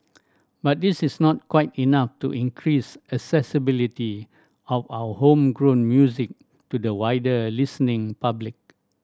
but this is not quite enough to increase accessibility of our homegrown music to the wider listening public